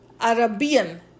Arabian